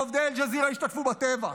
עובדי אל-ג'זירה השתתפו בטבח.